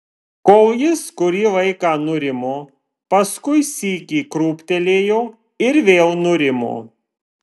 kol jis kurį laiką nurimo paskui sykį krūptelėjo ir vėl nurimo